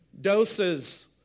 doses